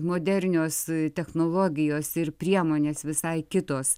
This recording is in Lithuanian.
modernios technologijos ir priemonės visai kitos